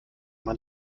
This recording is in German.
man